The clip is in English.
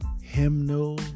hymnal